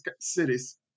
cities